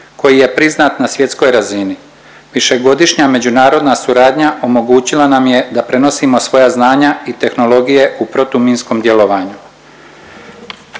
koji je priznat na svjetskoj razini. Višegodišnja međunarodna suradnja omogućila nam je da prenosimo svoja znanja i tehnologije u protuminskom djelovanju.